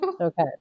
okay